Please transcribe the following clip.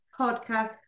podcast